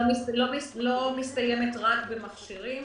לא מסתכמת רק במכשירים.